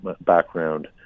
background